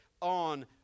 on